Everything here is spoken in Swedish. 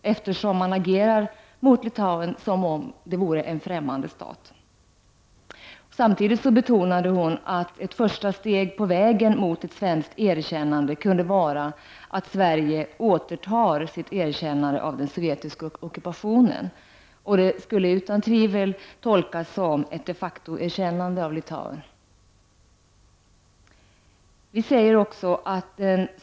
Man agerar mot Litauen som om det vore en främmande stat. Samtidigt betonade hon att ett första steg på vägen mot ett svenskt erkännande kan vara att Sverige återtar sitt erkännande av den sovjetiska ockupationen. Det skulle utan tvivel tolkas som ett de facto-erkännande av Litauen.